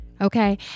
okay